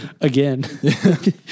Again